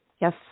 Yes